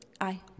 Aye